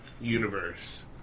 Universe